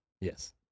Yes